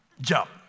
jump